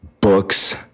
books